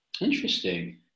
Interesting